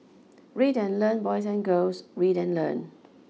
read and learn boys and girls read and learn